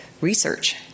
research